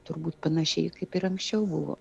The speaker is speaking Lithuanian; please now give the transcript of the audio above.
turbūt panašiai kaip ir anksčiau buvo